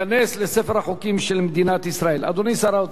הצעת חוק הפחתת הגירעון והגבלת ההוצאה התקציבית (תיקון מס' 12),